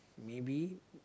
maybe